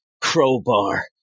crowbar